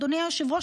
אדוני היושב-ראש,